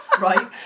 Right